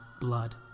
blood